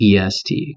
EST